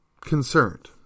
concerned